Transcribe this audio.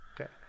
Okay